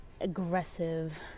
aggressive